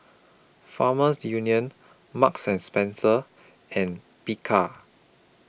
Farmers Union Marks and Spencer and Bika